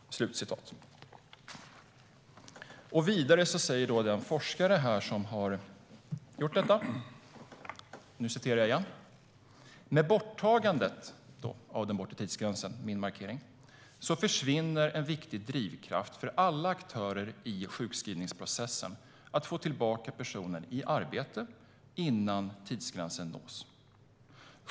Vidare säger en forskare om den bortre tidsgränsen: "Med borttagandet försvinner en viktig drivkraft för alla aktörer i sjukskrivningsprocessen att få tillbaka personen i arbete innan tidsgränsen nås.